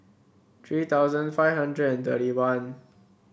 three thousand five hundred and thirty one